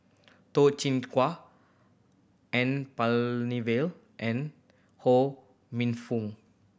Toh Chin Chye N Palanivelu and Ho Minfong